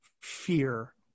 fear